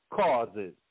causes